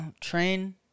Train